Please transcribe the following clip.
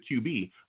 QB